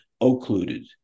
occluded